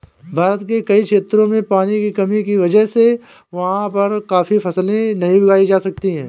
भारत के कई क्षेत्रों में पानी की कमी की वजह से वहाँ पर काफी फसलें नहीं उगाई जा सकती